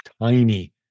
tiny